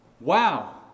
wow